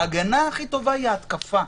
ההגנה הכי טובה היא ההתקפה.